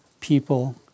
people